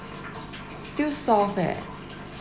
still soft leh